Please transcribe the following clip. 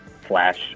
flash